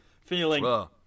feeling